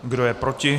Kdo je proti?